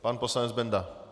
Pan poslanec Benda.